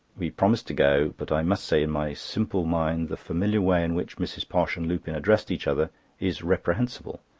we promised to go but i must say in my simple mind the familiar way in which mrs. posh and lupin addressed each other is reprehensible.